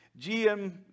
GM